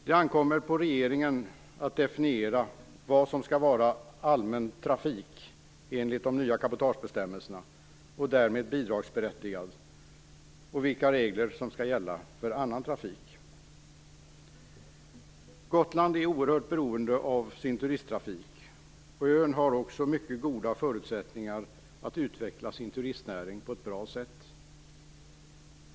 Det ankommer på regeringen att definiera vad som skall vara "allmän trafik" enligt de nya cabotagebestämmelserna, och därmed bidragsberättigad, och vilka regler som skall gälla för annan trafik. Gotland är oerhört beroende av sin turisttrafik. Ön har också mycket goda förutsättningar att utveckla sin turistnäring på ett bra sätt.